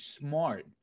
smart